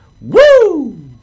Woo